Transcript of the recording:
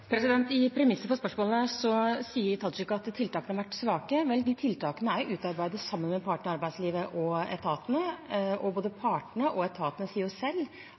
I premisset for spørsmålene sier representanten Tajik at tiltakene har vært svake. Vel, de tiltakene er utarbeidet sammen med partene i arbeidslivet og etatene, og både partene og etatene sier selv